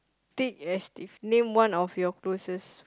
thick as teeth name one of your closest